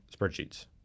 spreadsheets